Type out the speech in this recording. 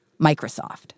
Microsoft